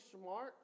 smart